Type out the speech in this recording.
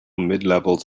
midlevels